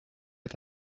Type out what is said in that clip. est